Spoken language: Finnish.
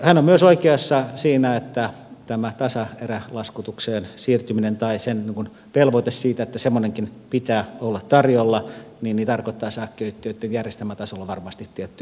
hän on myös oikeassa siinä että tämä tässä erään laskutukseen siirtyminen tai sen voi kelvata sitä semmonenkin velvoite tasaerälaskutuksenkin tarjolla olemisesta tarkoittaa sähköyhtiöitten järjestelmätasolla varmasti tiettyjä muutoksia